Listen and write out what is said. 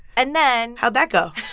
and then. how'd that go?